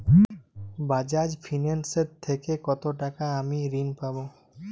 Bajaj Finserv থেকে কতো টাকা ঋণ আমি পাবো?